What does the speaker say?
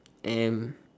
and